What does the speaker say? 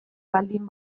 baldin